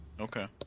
Okay